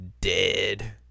dead